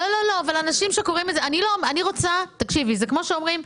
זה כמו שאומרים,